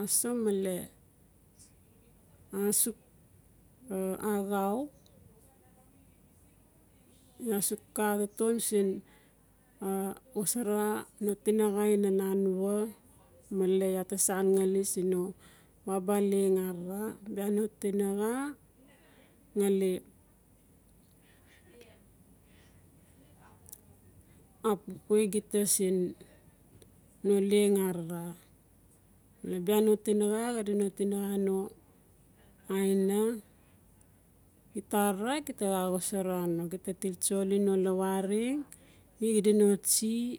aso male asuk axau iaa suk xa taton siin xosara no tinaxa ina nanua male iaa ta sangali siin no abia leng arara. Bia no tinaxa ngali gita siin no leng arara. Bia no tinaxa xadino tinaxa no aina gita arara xa xosara no gita til tsoli no lawareng mi xida no tsie